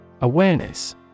Awareness